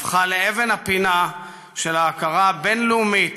הפכה לאבן הפינה של ההכרה הבין-לאומית